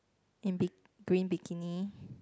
in bi~ green bikini